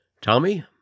Tommy